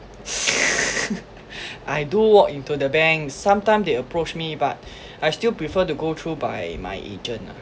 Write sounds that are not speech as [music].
[laughs] I do walk into the bank sometime they approach me but I still prefer to go through by my agent ah